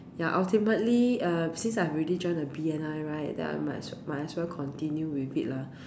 ya ultimately uh since I've already joined the B_N_I right then I might as well continue with it lah